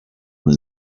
them